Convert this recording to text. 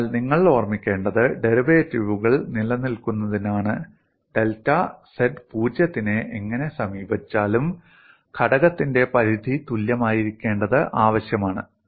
അതിനാൽ നിങ്ങൾ ഓർമ്മിക്കേണ്ടത് ഡെറിവേറ്റീവുകൾ നിലനിൽക്കുന്നതിനാണ് ഡെൽറ്റ z 0 നെ എങ്ങനെ സമീപിച്ചാലും ഘടകത്തിന്റെ പരിധി തുല്യമായിരിക്കേണ്ടത് ആവശ്യമാണ്